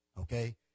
Okay